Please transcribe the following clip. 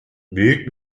büyük